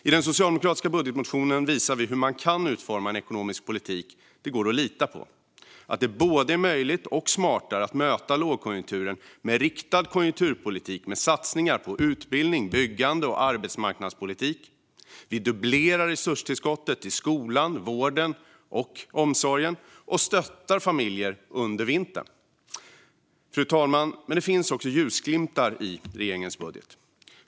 I den socialdemokratiska budgetmotionen visar vi hur man kan utforma en ekonomisk politik som det går att lita på. Vi visar att det både är möjligt och smartare att möta lågkonjunkturen med en riktad konjunkturpolitik med satsningar på utbildning, byggande och arbetsmarknadspolitik. Vi dubblerar resurstillskottet till skolan, vården och omsorgen och stöttar familjer under vintern. Fru talman! Men det finns också ljusglimtar i regeringens budget.